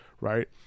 right